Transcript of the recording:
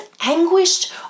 anguished